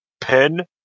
pen